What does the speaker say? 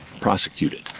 prosecuted